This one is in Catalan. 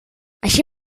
així